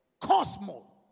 cosmo